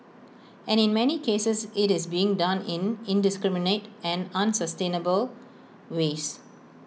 and in many cases IT is being done in indiscriminate and unsustainable ways